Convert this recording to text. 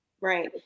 Right